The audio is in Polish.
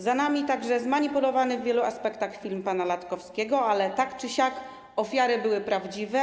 Za nami także zmanipulowany w wielu aspektach film pana Latkowskiego, ale tak czy siak ofiary w nim ukazane były prawdziwe.